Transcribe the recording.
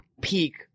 peak